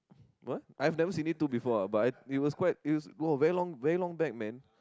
what I've never seen it too before lah but it was quite it was !wah! very long very long back man